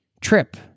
trip